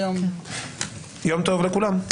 יום טוב לכולם.